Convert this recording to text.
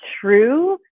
true